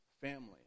family